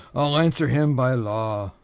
i'll answer him by law.